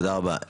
תודה רבה.